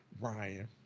Ryan